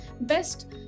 best